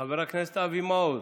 חבר הכנסת אבי מעוז.